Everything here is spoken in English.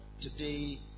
Today